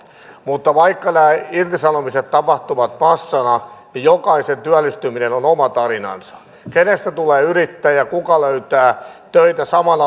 mutta vaikka nämä irtisanomiset tapahtuvat massana niin jokaisen työllistyminen on oma tarinansa kenestä tulee yrittäjä kuka löytää töitä saman